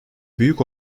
büyük